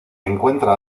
encuentra